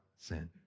sin